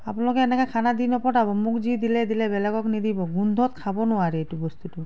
আপোনালোকে এনেকৈ খানা দি নপঠাব মোক যি দিলে দিলে বেলেগক নিদিব গোন্ধত খাব নোৱাৰি এইটো বস্তুটো